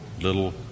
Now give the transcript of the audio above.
little